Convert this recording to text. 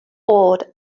awed